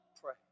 pray